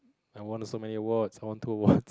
I won so many awards I won two awards